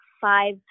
five